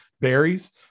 berries